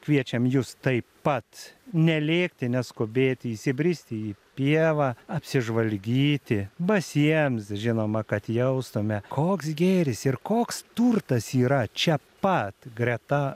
kviečiam jus taip pat nelėkti neskubėti įsibristi į pievą apsižvalgyti basiems žinoma kad jaustume koks gėris ir koks turtas yra čia pat greta